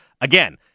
Again